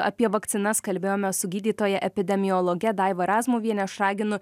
apie vakcinas kalbėjome su gydytoja epidemiologe daiva razmuviene aš raginu